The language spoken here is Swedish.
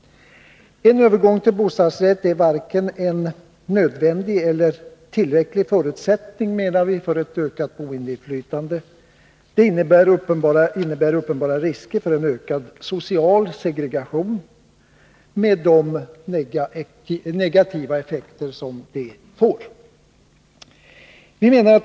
En övergång till bostadsrätt är varken en nödvändig eller tillräcklig förutsättning för ett ökat boendeinflytande. Övergången till bostadsrätter innebär uppenbara risker för en ökad social segregation och de negativa effekter som detta medför.